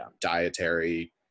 dietary